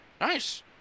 Nice